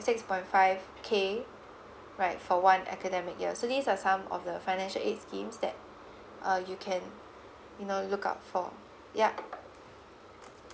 six point five K right for one academic year so these are some of the financial aids schemes that uh you can you know look out for ya